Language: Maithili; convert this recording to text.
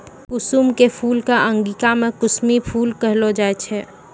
कुसुम के फूल कॅ अंगिका मॅ कुसमी फूल कहलो जाय छै